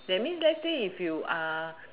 that mean let's say if you are